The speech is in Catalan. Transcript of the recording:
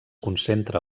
concentra